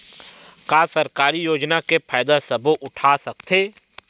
का सरकारी योजना के फ़ायदा सबो उठा सकथे?